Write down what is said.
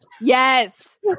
yes